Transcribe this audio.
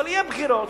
אבל יהיו בחירות,